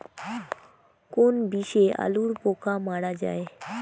কোন বিষে আলুর পোকা মারা যায়?